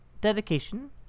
dedication